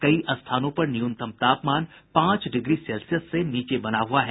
कई स्थानों पर न्यूनतम तापमान पांच डिग्री सेल्सियस के नीचे बना हुआ है